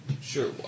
Sure